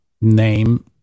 name